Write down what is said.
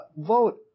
vote